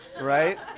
right